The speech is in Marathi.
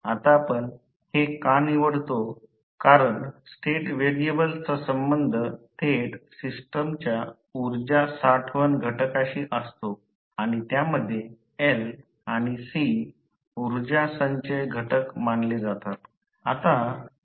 आता आपण हे का निवडत आहोत कारण स्टेट व्हेरिएबल्सचा संबंध थेट सिस्टमच्या उर्जा साठवण घटकाशी असतो आणि त्यामध्ये L आणि C ऊर्जा संचय घटक मानले जातात